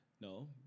No